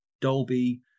Dolby